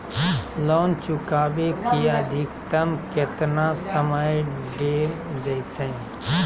Loan चुकाबे के अधिकतम केतना समय डेल जयते?